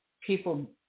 people